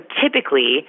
typically